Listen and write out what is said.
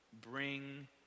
bring